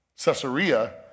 Caesarea